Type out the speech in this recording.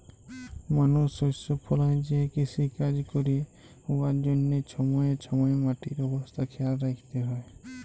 মালুস শস্য ফলাঁয় যে কিষিকাজ ক্যরে উয়ার জ্যনহে ছময়ে ছময়ে মাটির অবস্থা খেয়াল রাইখতে হ্যয়